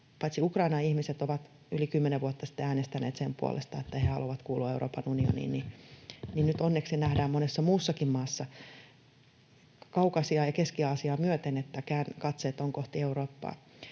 kun Ukrainan ihmiset ovat yli 10 vuotta sitten äänestäneet sen puolesta, että he haluavat kuulua Euroopan unioniin, niin nyt onneksi se nähdään monessa muussakin maassa Kaukasiaa ja Keski-Aasiaa myöten, katseet ovat kohti Eurooppaa,